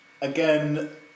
again